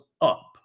up